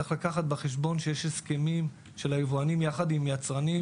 צריך לקחת בחשבון שיש הסכמים בין יבואנים ליצרנים,